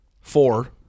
Four